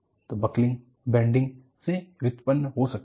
तो buckling bending से उत्तपन्न हो सकती है